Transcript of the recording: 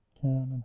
Canada